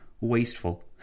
wasteful